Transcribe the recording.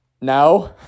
no